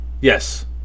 Yes